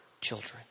children